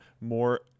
More